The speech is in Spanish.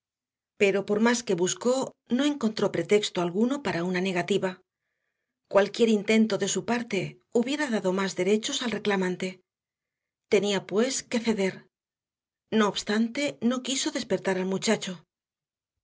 pero por más que buscó no encontró pretexto alguno para una negativa cualquier intento de su parte hubiera dado más derechos al reclamante tenía pues que ceder no obstante no quiso despertar al muchacho